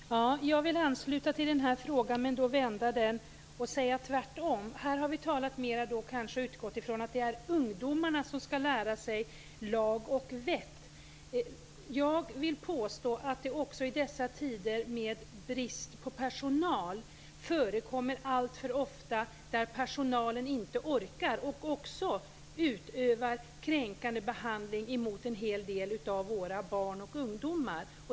Fru talman! Jag vill ansluta till den här frågan men vända på den och säga tvärtom. Här har vi utgått från att det är ungdomarna som skall lära sig lag och vett. Jag vill påstå att det också i dessa tider med brist på personal och med personal som inte orkar alltför ofta förekommer att personal utövar kränkande behandling mot en hel del av våra barn och ungdomar.